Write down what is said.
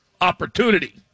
opportunity